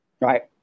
Right